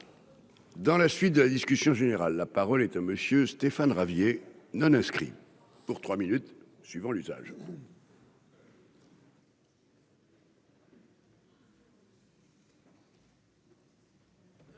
Dans la suite de la discussion générale, la parole est à monsieur Stéphane Ravier non-inscrits pour 3 minutes suivant l'usage.